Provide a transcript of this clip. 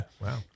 wow